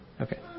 Okay